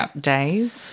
days